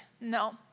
no